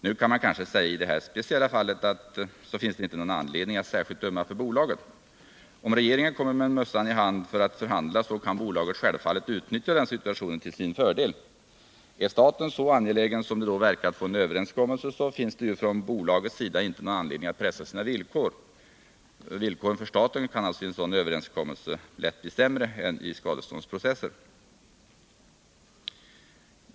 Nu kan man kanske säga att i det här speciella fallet finns det inte anledning att särskilt ömma för bolaget. Om regeringen kommer med mössan i hand för att förhandla kan bolaget självfallet utnyttja den situationen till sin fördel. Är staten så angelägen som det då verkar att få en överenskommelse finns det ju från bolagets sida inte någon anledning att pressa sina villkor. Villkoren för staten kan alltså i en överenskommelse lätt bli sämre än i en skadeståndsprocess.